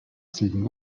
ziegen